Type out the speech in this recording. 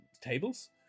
tables